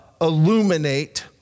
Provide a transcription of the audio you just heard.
illuminate